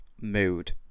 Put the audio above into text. mood